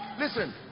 Listen